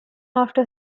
after